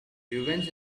revenge